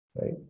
right